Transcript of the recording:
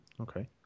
Okay